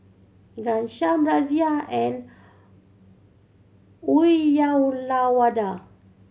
Ghanshyam Razia and Uyyalawada